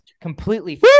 completely